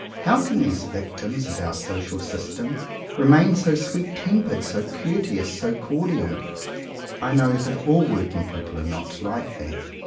how can these victims of our social system remain so sweet-tempered, so courteous, so cordial i know that all work ing people are not like that.